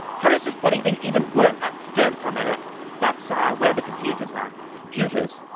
how does this bloody thing even work? don't, carmelo that's ah where the computers are computers?